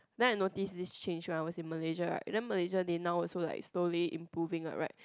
then I notice this change when I was in Malaysia right then Malaysia they now also like slowly improving what right